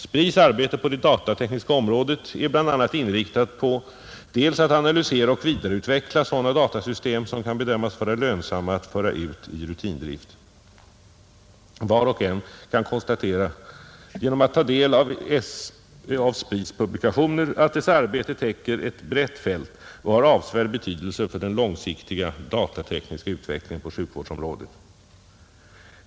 SPRI: arbete på det datatekniska området är bl.a. inriktat på att analysera och vidareutveckla sådana datasystem som kan bedömas vara lönsamma att föra ut i rutindrift. Var och en kan genom att ta del av SPRI:s publikationer konstatera att dess arbete täcker ett brett fält och har avsevärd betydelse för den långsiktiga datatekniska utvecklingen på sjukvårdsområdet.